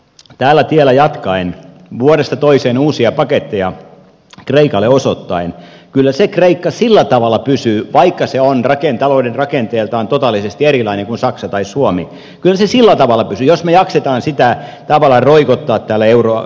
tällä tiellä jatkaen vuodesta toiseen uusia paketteja kreikalle osoittaen kyllä se kreikka sillä tavalla pysyy vaikka se on talouden rakenteeltaan totaalisesti erilainen kuin saksa tai suomi jos me jaksamme sitä tavallaan roikottaa täällä euroalueella